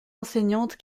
enseignante